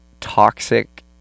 toxic